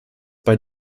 bei